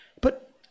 But